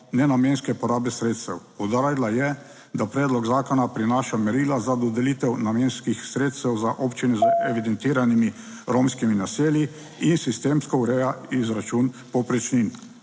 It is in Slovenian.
nenamenske porabe sredstev. Poudarila je, da predlog zakona prinaša merila za dodelitev namenskih sredstev za občine / znak za konec razprave/ z evidentiranimi romskimi naselji in sistemsko ureja izračun povprečnin.